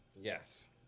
yes